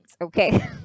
okay